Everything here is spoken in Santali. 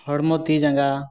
ᱦᱚᱲᱢᱚ ᱛᱤᱼᱡᱟᱸᱜᱟ